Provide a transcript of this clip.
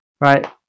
Right